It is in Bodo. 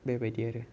बेबायदि आरो